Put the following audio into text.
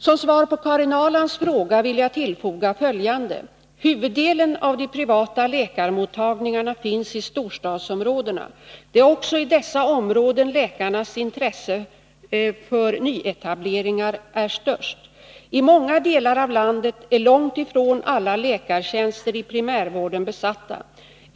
Som svar på Karin Ahrlands fråga vill jag tillfoga följande. Huvuddelen av de privata läkarmottagningarna finns i storstadsområdena. Det är också i dessa områden läkarnas intresse för nyetableringar är störst. I många delar av landet är långt ifrån alla läkartjänster i primärvården besatta.